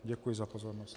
Děkuji za pozornost.